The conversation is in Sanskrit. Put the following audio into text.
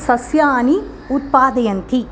सस्यानि उत्पादयन्ति